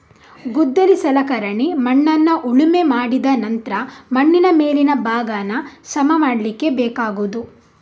ಗುದ್ದಲಿ ಸಲಕರಣೆ ಮಣ್ಣನ್ನ ಉಳುಮೆ ಮಾಡಿದ ನಂತ್ರ ಮಣ್ಣಿನ ಮೇಲಿನ ಭಾಗಾನ ಸಮ ಮಾಡ್ಲಿಕ್ಕೆ ಬೇಕಾಗುದು